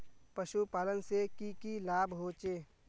पशुपालन से की की लाभ होचे?